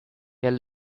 tell